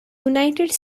united